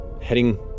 heading